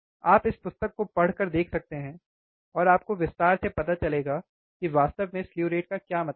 आप इस पुस्तक को पढ़ कर देख सकते हैं और आपको विस्तार से पता चलेगा कि वास्तव में स्लु रेट का क्या मतलब है